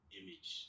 image